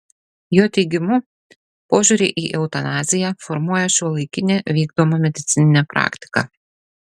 jo teigimu požiūrį į eutanaziją formuoja šiuolaikinė vykdoma medicininė praktika